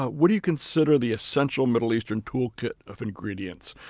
what do you consider the essential middle eastern toolkit of ingredients?